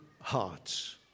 hearts